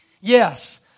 Yes